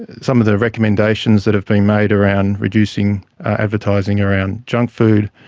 some of the recommendations that have been made around reducing advertising around junk food,